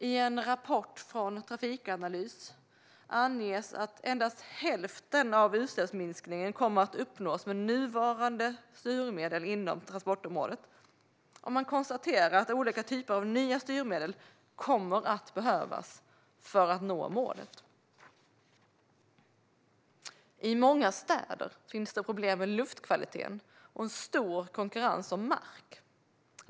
I en rapport från Trafikanalys anges att endast hälften av utsläppsminskningen kommer att uppnås med nuvarande styrmedel inom transportområdet, och man konstaterar att olika typer av nya styrmedel kommer att behövas för att nå målet. I många städer finns det problem med luftkvaliteten och en stor konkurrens om mark.